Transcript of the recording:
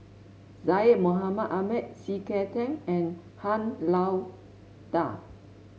Syed Mohamed Ahmed C K Tang and Han Lao Da